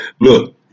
Look